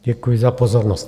Děkuji za pozornost.